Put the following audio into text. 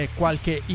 qualche